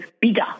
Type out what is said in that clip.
bigger